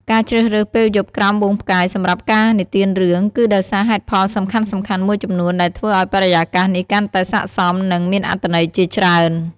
ការជ្រើសរើសពេលយប់ក្រោមហ្វូងផ្កាយសម្រាប់ការនិទានរឿង គឺដោយសារហេតុផលសំខាន់ៗមួយចំនួនដែលធ្វើឲ្យបរិយាកាសនេះកាន់តែស័ក្តិសម និងមានអត្ថន័យជាច្រើន ។